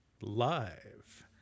Live